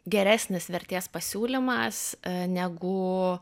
geresnis vertės pasiūlymas negu